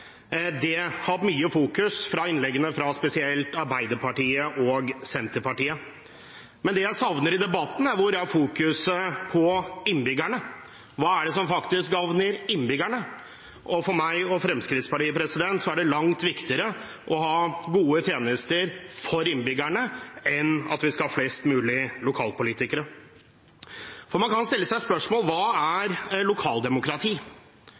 har hatt mye fokus i innleggene fra spesielt Arbeiderpartiet og Senterpartiet. Men det jeg savner i debatten, er fokuset på innbyggerne. Hva er det som faktisk gagner innbyggerne? For Fremskrittspartiet og meg er det langt viktigere å ha gode tjenester for innbyggerne enn at vi skal ha flest mulig lokalpolitikere. For man kan stille seg spørsmålet: Hva er lokaldemokrati?